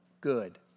good